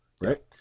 right